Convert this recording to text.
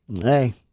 hey